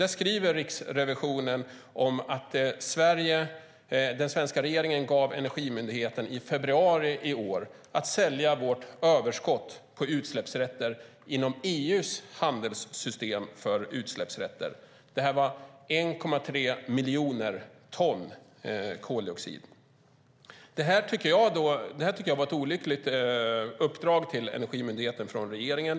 Där skriver Riksrevisionen att den svenska regeringen i februari i år gav Energimyndigheten i uppdrag att sälja vårt överskott av utsläppsrätter inom EU:s handelsystem för utsläppsrätter. Det var 1,3 miljoner ton koldioxid. Jag tycker att detta var ett olyckligt uppdrag till Energimyndigheten från regeringen.